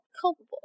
culpable